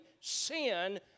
sin